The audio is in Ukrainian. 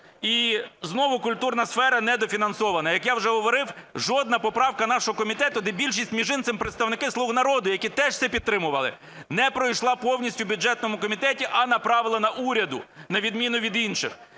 І знову культурна сфера недофінансована. Як я вже говорив, жодна поправка нашого комітету, де більшість, між іншим представники "Слуга народу", які це теж підтримували, не пройшла повністю в бюджетному комітеті, а направлена уряду, на відміну від інших.